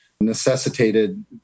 necessitated